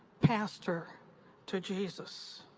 pastor to jesus.